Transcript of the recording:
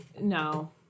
No